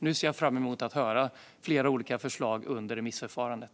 Nu ser jag fram emot att få höra flera olika förslag under remissförfarandet.